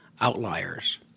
outliers